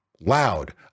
loud